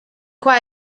qua